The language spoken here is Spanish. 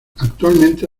actualmente